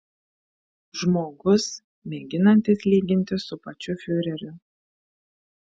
žmogus mėginantis lygintis su pačiu fiureriu